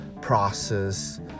process